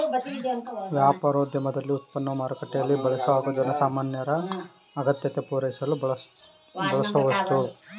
ವ್ಯಾಪಾರೋದ್ಯಮದಲ್ಲಿ ಉತ್ಪನ್ನವು ಮಾರುಕಟ್ಟೆಲೀ ಬಳಸೊ ಹಾಗು ಜನಸಾಮಾನ್ಯರ ಅಗತ್ಯತೆ ಪೂರೈಸಲು ಬಳಸೋವಸ್ತು